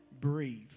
Breathe